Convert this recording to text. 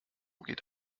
geht